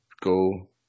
go